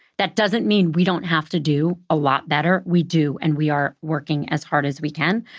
that doesn't mean we don't have to do a lot better. we do. and we are working as hard as we can.